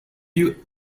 you